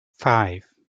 five